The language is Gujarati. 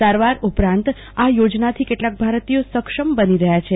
સારવાર ઉપરાંત આ યોજનાથી કેટલાંક ભારતીયો સક્ષમ બની રહ્યા છે